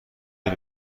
بود